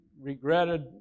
regretted